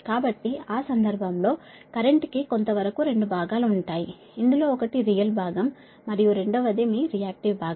కాబట్టి ఆ సందర్భంలో కరెంట్ కి కొంతవరకు 2 భాగాలు ఉంటాయి ఇందులో ఒకటి రియల్ భాగం మరియు రెండవది మీ రియాక్టివ్ భాగం